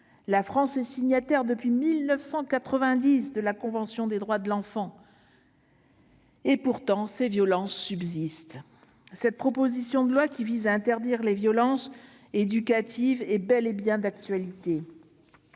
La France est signataire depuis 1990 de la convention internationale des droits de l'enfant de 1989. Et pourtant, ces violences subsistent. Cette proposition de loi qui vise à interdire les violences éducatives ordinaires est donc bel et bien d'actualité.